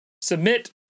submit